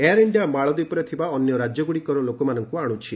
air India ମାଳଦୀପରେ ଥିବା ଅନ୍ୟ ରାଜ୍ୟଗୁଡ଼ିକର ଲୋକମାନଙ୍କୁ ଆଣୁଛି